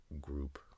group